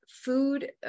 food